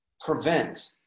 prevent